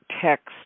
text